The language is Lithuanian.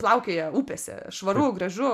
plaukioja upėse švaru gražu